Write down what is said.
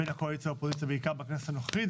בין הקואליציה והאופוזיציה בעיקר בכנסת הנוכחית,